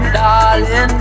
darling